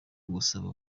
gusaba